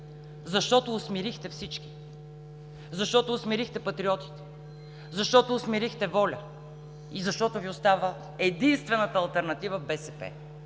защото усмирихте всички. Защото усмирихте патриотите, защото усмирихте „Воля“ и защото Ви остава единствената алтернатива БСП